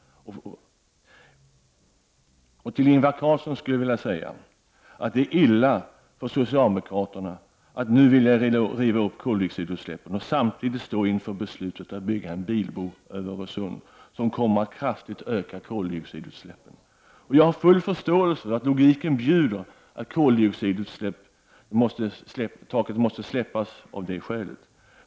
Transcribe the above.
Till Ingvar Carlsson skulle jag vilja säga följande. Det är illa för socialdemokraterna att nu vilja riva upp beslutet om koldioxidutsläppen och samtidigt stå inför beslutet att bygga en bilbro över Öresund, som kommer att kraftigt öka mängden koldioxidutsläpp. Jag har full förståelse för att logiken bjuder att taket för koldioxidutsläppen måste falla av det skälet.